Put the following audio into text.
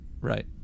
right